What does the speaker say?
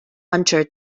hunter